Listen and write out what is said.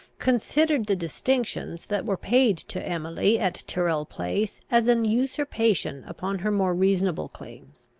considered the distinctions that were paid to emily at tyrrel place as an usurpation upon her more reasonable claims.